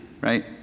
right